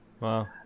Wow